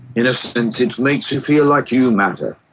in a sense it makes you feel like you matter.